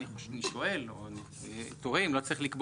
אני אגיד ככה, תקנה 6